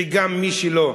וגם מי שלא,